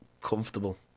comfortable